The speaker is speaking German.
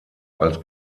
als